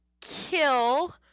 kill